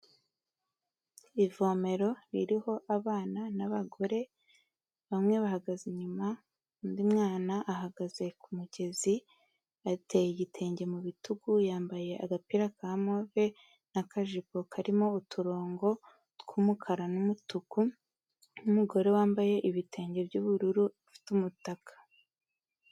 Ivomero ririho abana n'abagore bamwe bahagaze inyuma undi mwana ahagaze ku mugezi, ateye igitenge mu bitugu yambaye agapira ka move n'akajipo karimo uturongo tw'umukara n'umutuku n'umugore wambaye ibitenge by'ubururu afite umutaka.